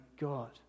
God